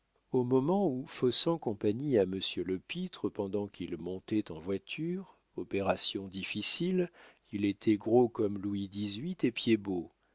au moment où faussant compagnie à monsieur lepître pendant qu'il montait en voiture opération difficile il était gros comme louis xviii